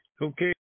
Okay